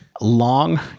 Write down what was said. Long